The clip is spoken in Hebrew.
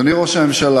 אדוני ראש הממשלה,